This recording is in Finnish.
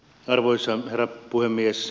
arvoisa herra puhemies